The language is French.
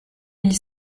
mille